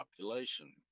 population